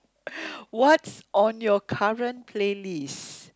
what's on your current playlist